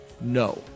no